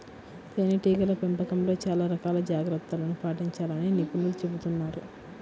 తేనెటీగల పెంపకంలో చాలా రకాల జాగ్రత్తలను పాటించాలని నిపుణులు చెబుతున్నారు